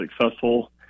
successful